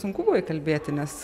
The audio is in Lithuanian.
sunku buvo įkalbėti nes